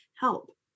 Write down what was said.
help